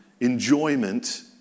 enjoyment